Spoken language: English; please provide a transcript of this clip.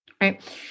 right